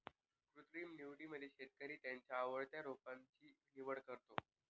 कृत्रिम निवडीमध्ये शेतकरी त्याच्या आवडत्या रोपांची निवड करतो